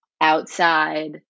outside